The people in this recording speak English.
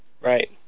Right